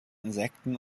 insekten